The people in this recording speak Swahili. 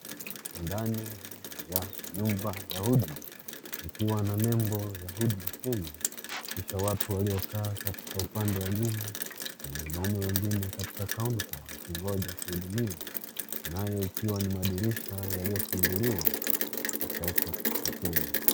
Ndani, ya, nyumba, ya huduma, ikiwa na nembo, ya Huduma Kenya, kisha watu walio kaa upande wa nyuma, wanaume wengine katika kaunta, wakingoja kuhudumiwa, nayo ikiwa ni madirisha yalio funguliwa, yakaekwa, kateni.